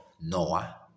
Noah